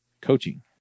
coaching